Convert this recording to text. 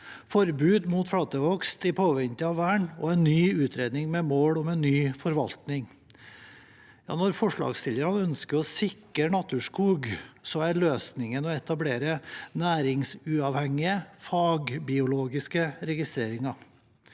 forbud mot flatehogst i påvente av vern og en ny utredning med mål om en ny forvaltning. Når forslagsstillerne ønsker å sikre naturskog, er løsningen å etablere næringsuavhengige, fagbiologiske registreringer.